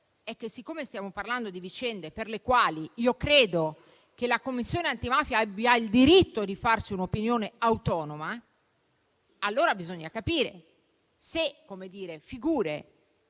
siccome stiamo parlando di vicende per le quali - io credo - la Commissione antimafia ha il diritto di farsi un'opinione autonoma, bisogna capire se figure